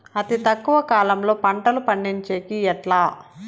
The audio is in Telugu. అతి తక్కువ కాలంలో పంటలు పండించేకి ఎట్లా?